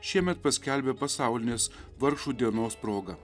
šiemet paskelbė pasaulinės vargšų dienos proga